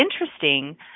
interesting